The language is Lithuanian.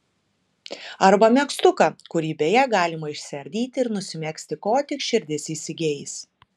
arba megztuką kurį beje galima išsiardyti ir nusimegzti ko tik širdis įsigeis